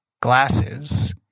glasses